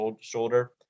shoulder